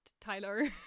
Tyler